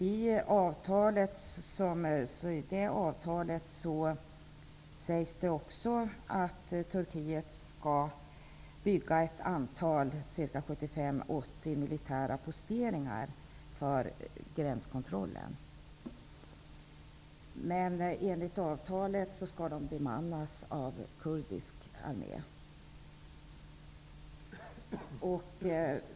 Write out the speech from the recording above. I avtalet sägs också att Turkiet skall bygga 70--80 militära posteringar för gränskontrollen, men de skall bemannas av kurdisk armé.